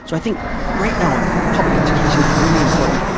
so i think right now, public education is really important,